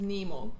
Nemo